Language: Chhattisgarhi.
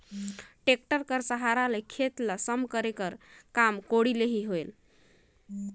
टेक्टर कर सहारा ले खेत ल सम करे कर काम कोड़ी ले ही होथे